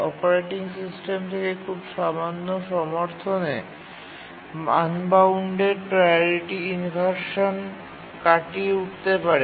operating system থেকে খুব সামান্য সমর্থনে আনবাউন্ডেড প্রাওরিটি ইনভারশান কাটিয়ে উঠতে পারে